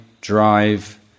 drive